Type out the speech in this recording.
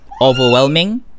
overwhelming